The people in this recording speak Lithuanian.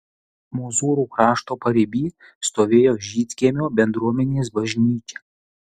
mozūrų krašto pariby stovėjo žydkiemio bendruomenės bažnyčia